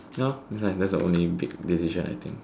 now that's the only big decision I think